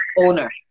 owner